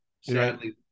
Sadly